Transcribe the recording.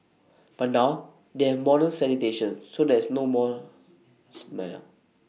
but now they have modern sanitation so there is no more smell